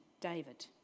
David